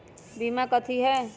बीमा कथी है?